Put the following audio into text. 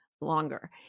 longer